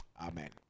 Amen